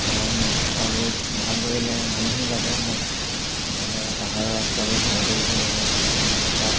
কাৰণ ৰাস্তাবোৰ ভাল কৰিলে মানুহো যাব ন এইবাবে পাহাৰৰ ৰাস্তাবোৰ ভাল কৰিব লাগে আৰু তাত